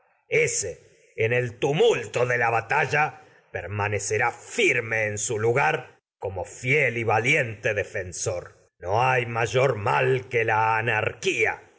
ése en el tumulto nde la batalla permane en su lugar que como fiel y valiente defensor ella arruina las en no hay mayor mal la la anarquía